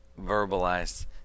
verbalize